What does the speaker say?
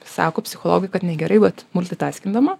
sako psichologai kad negerai bet multitaskindama